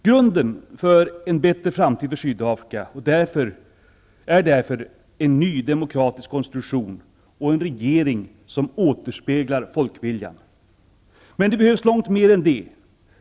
Grunden för en bättre framtid för Sydafrika är därför en ny demokratisk konstitution och en regering som återspeglar folkviljan. Men det behövs långt mer än detta.